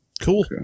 cool